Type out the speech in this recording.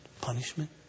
Punishment